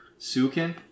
sukin